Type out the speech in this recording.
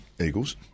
Eagles